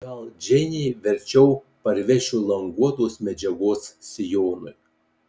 gal džeinei verčiau parvešiu languotos medžiagos sijonui